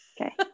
Okay